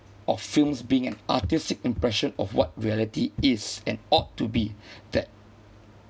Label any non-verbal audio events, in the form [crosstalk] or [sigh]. of films being an artistic impression of what reality is and ought to be [breath] that